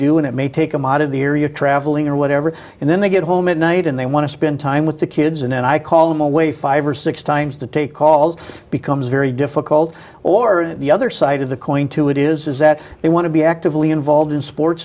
do and it may take them out of the area traveling or whatever and then they get home at night and they want to spend time with the kids and i call them away five or six times to take calls it becomes very difficult or the other side of the coin to it is that they want to be actively involved in sports